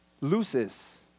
loses